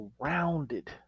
surrounded